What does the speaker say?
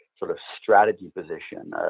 sort of strategy position,